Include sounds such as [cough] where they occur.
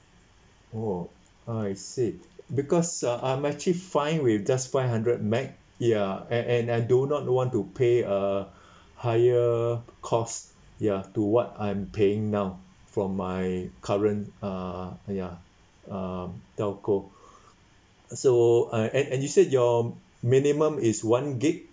oh I see because uh I'm actually fine with just five hundred M_B ya and and I do not want to pay a [breath] higher cost ya to what I'm paying now from my current uh ya uh telco so I and and you said your minimum is one G_B